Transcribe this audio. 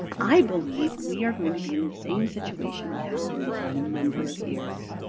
i believe we are going to be in the same situation we have been in for a number of years.